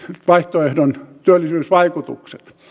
vaihtoehdon työllisyysvaikutukset